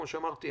כמו שאמרתי,